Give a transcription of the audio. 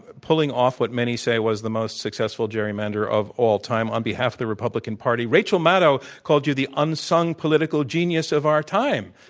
pulling off what many say was the most successful gerrymander of all time, on behalf of the republican party. rachel maddow called you the unsung political genius of our time.